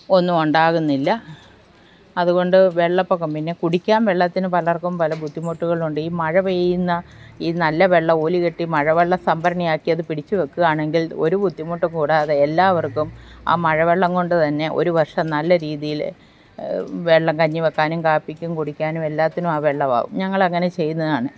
ഒന്നും ഉണ്ടാകുന്നില്ല അതുകൊണ്ട് വെള്ളപൊക്കം പിന്നെ കുടിയ്ക്കാൻ വെള്ളത്തിനു പലർക്കും പല ബുദ്ധിമുട്ടുകളുണ്ട് ഈ മഴ പെയ്യുന്ന ഈ നല്ല വെള്ളമോ ഓലി കെട്ടി മഴവെള്ള സംഭരണി ആക്കി അതു പിടിച്ചു വെക്കുകയാണെങ്കിൽ ഒരു ബുദ്ധിമുട്ടും കൂടാതെ എല്ലാവർക്കും ആ മഴ വെള്ളം കൊണ്ടു തന്നെ ഒരു വർഷം നല്ല രീതിയിൽ വെള്ളം കഞ്ഞി വെക്കാനും കാപ്പിക്കും കുടിക്കാനും എല്ലാറ്റിനും ആ വെള്ളം ആകും ഞങ്ങളങ്ങനെ ചെയ്യുന്നതാണ്